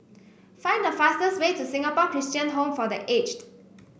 find the fastest way to Singapore Christian Home for The Aged